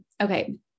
Okay